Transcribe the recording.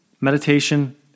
meditation